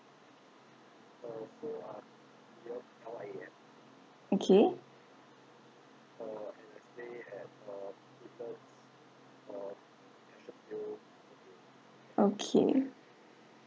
okay okay